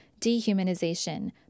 dehumanization